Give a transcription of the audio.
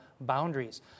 boundaries